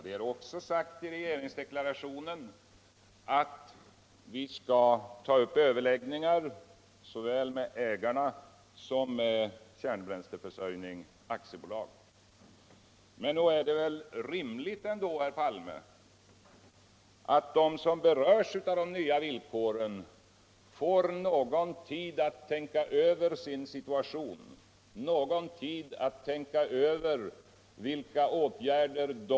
Ja, vi har i regeringsdeklarationen också sagt att vi skall ta upp överläggningar säväl med ägarna som med Kärnbränstetörsörjning AB. Men nog är det väl rimligt ändå. herr Palme, att de som berörs av de nva villkoren får nägon tid a tänka över sin situation. någon td all tänka över vilka atgärder de.